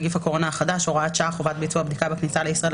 נגיף הקורונה החדש (הוראת שעה) (חובת ביצוע בדיקה בכניסה לישראל),